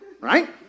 Right